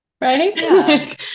Right